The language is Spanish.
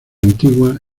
antigua